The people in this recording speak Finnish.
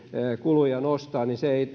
kuluja nostaa